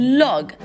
log